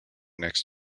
next